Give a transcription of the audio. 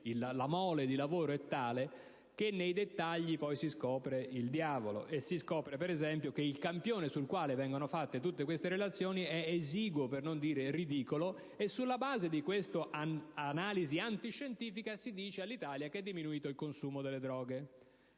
la mole di lavoro è tale che nei dettagli poi si scopre il diavolo. Si scopre infatti, per esempio, che i campioni sulla base dei quali vengono redatte le Relazioni è esiguo, per non dire ridicolo, e che sulla base di questa analisi antiscientifica si dice all'Italia che è diminuito il consumo delle droghe,